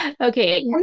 Okay